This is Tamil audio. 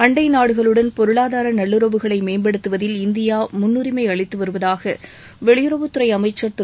அண்டை நாடுகளுடன் பொருளாதார நல்லுறவுகளை மேம்படுத்துவதில் இந்தியா முன்னுரிமை அளித்து வருவதாக வெளியுறவுத்துறை அமைச்சர் திரு